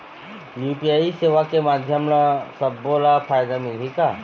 UPI सेवा के माध्यम म सब्बो ला फायदा मिलही का?